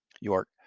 York